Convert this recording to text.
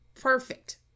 Perfect